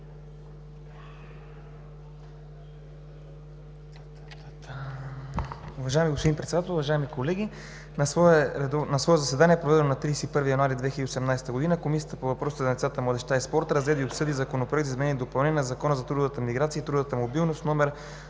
Уважаеми господин Председател, уважаеми колеги! „На свое заседание, проведено на 31 януари 2018 г., Комисията по въпросите на децата, младежта и спорта разгледа и обсъди Законопроект за изменение и допълнение на Закона за трудовата миграция и трудовата мобилност, №